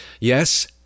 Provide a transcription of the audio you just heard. Yes